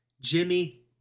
Jimmy